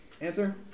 Answer